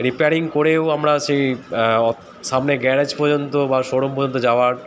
repairing করেও আমরা সেই সামনে গ্যারেজ পর্যন্ত বা শোরুম পর্যন্ত যাওয়ার